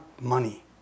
money